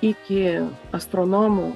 iki astronomų